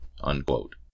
unquote